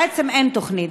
ובעצם אין תוכנית?